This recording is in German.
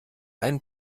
einen